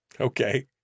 Okay